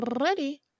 ready